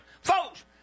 folks